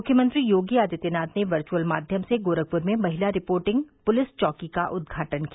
मुख्यमंत्री योगी आदित्यनाथ ने वर्चुअल माध्यम से गोरखपुर में महिला रिपोर्टिंग पुलिस चौकी का उद्घाटन किया